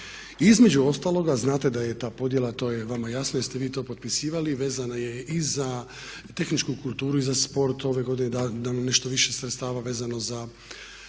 I između ostaloga znate da je i ta podjela, to je vama jasno jer ste vi to potpisivali vezana je i za tehničku kulturu i za sport, ove godine dala nam više sredstava vezano za